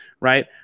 right